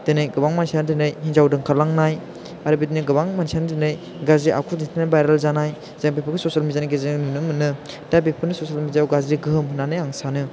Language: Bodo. दिनै गोबां मानसिया दिनै हिन्जाव दोनखारलांनाय आरो बेदिनो गोबां मानसियानो दिनै गाज्रि आखु दिन्थिनानै भाइरेल जानाय जायफोरखौ ससियेल मिडियानि गेजेरजों नुनो मोनो दा बेखौनो ससियेल मिडियायाव गाज्रि गोहोम होन्नानै आं सानो